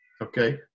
Okay